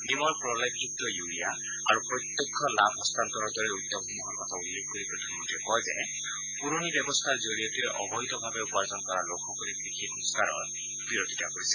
নিমৰ প্ৰলেপযুক্ত ইউৰীয়া আৰু প্ৰত্যক্ষ লাভ হস্তান্তৰৰ দৰে উদ্যমসমূহৰ কথা উল্লেখ কৰি প্ৰধানমন্ত্ৰীয়ে কয় যে পুৰণি ব্যৱস্থাৰ জৰিয়তে অবৈধভাৱে উপাৰ্জন কৰা লোকসকলে কৃষি সংস্থাৰৰ বিৰোধিতা কৰিছে